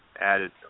added